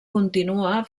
continua